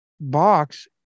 Box